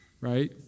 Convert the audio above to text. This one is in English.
right